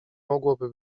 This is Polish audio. mogłoby